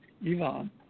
Ivan